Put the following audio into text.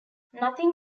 nothing